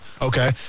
okay